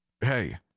Hey